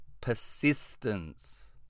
persistence